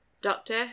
Doctor